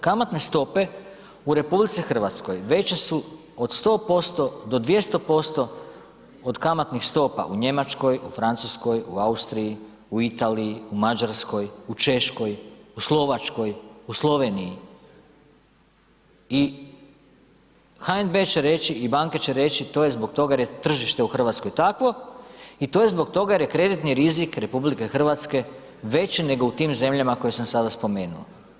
Kamatne stope u RH veće su od 100% do 200% od kamatnih stopa u Njemačkoj, u Francuskoj, u Austriji, u Italiji, u Mađarskoj, u Češkoj, u Slovačkoj, u Sloveniji i HNB će reći i banke će reći to je zbog toga jer je tržište u RH takvo i to je zbog toga jer je kreditni rizik RH veći nego u tim zemljama koje sam sada spomenuo.